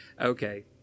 Okay